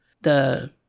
the-